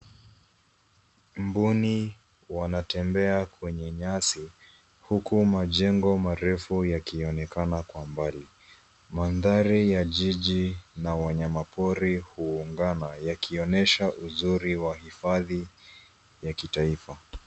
Mbuni wanatembea kwenye nyasi, huku majengo marefu yakionekana kwa umbali. Madhari ya jiji na wanyama pori huungana yakionesha uzuri wa hifadhi ya kitaifa.